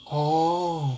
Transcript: orh